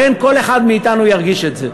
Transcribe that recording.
לכן, כל אחד מאתנו ירגיש את זה.